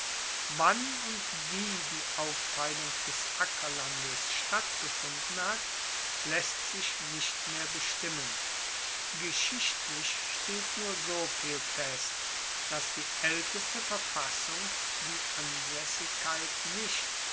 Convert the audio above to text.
wann und wie die aufteilung des ackerlandes stattgefunden hat laesst sich nicht mehr bestimmen geschichtlich steht nur so viel fest dass die aelteste verfassung die ansaessigkeit nicht